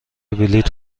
بلیط